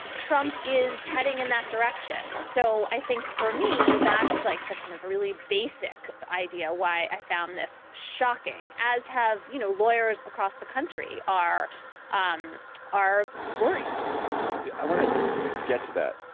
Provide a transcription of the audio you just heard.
trump is heading in that direction. so i think for me, that's like the kind of really basic idea why i found this shocking, as have, you know, lawyers across the country are um are worried yeah i want to get to that,